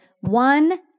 one